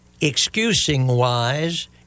excusing-wise